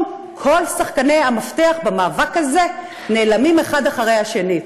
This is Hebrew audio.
כל שחקני המפתח במאבק הזה נעלמים אחד אחרי השני.